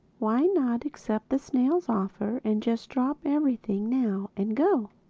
why not accept the snail's offer and just drop everything now, and go?